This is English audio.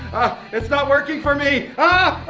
it's not working for me. ahh!